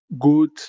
good